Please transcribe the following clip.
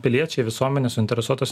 piliečiai visuomenė suinteresuotos